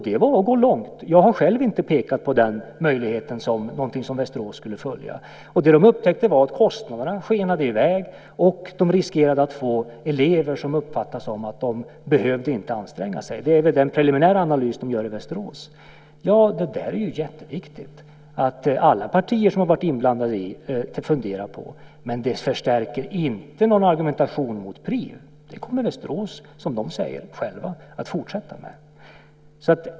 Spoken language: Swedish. Det var att gå långt. Jag har själv inte pekat på den möjligheten som någonting som Västerås skulle följa. Vad de upptäckte var att kostnaderna skenade i väg och de riskerade att eleverna uppfattade det som att de inte behövde anstränga sig. Det är den preliminära analys de gör i Västerås. Det är jätteviktigt att alla partier som har varit inblandade funderar på det. Men det förstärker inte argumentationen mot PRIV. Västerås kommer att fortsätta med det, säger de själva där.